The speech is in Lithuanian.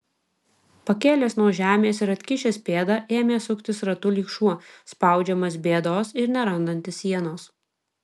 pakėlęs nuo žemės ir atkišęs pėdą ėmė suktis ratu lyg šuo spaudžiamas bėdos ir nerandantis sienos